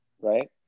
right